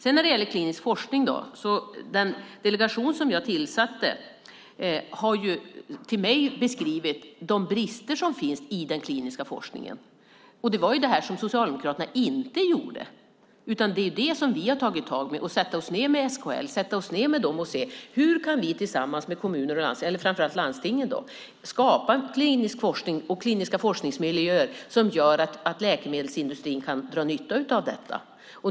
Den delegation jag tillsatte har för mig beskrivit de brister som finns i den kliniska forskningen. Det var ju detta Socialdemokraterna inte gjorde, men vi har tagit tag i det. Vi har satt oss ned med SKL för att se hur vi tillsammans med framför allt landstingen kan skapa klinisk forskning och kliniska forskningsmiljöer som läkemedelsindustrin kan dra nytta av.